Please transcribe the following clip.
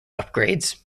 upgrades